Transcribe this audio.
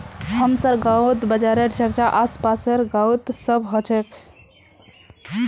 हमसार गांउत बाजारेर चर्चा आस पासेर गाउत खूब ह छेक